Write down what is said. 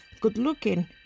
good-looking